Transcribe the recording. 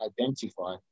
identify